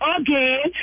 again